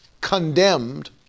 condemned